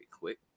quick